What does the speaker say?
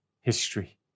history